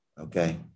okay